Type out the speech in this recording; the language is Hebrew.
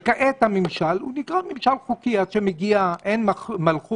וכעת הממשל הוא נקרא ממשל חוקי עד שמגיע אין מלכות,